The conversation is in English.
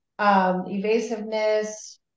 Evasiveness